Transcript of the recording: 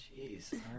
Jeez